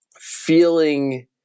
feeling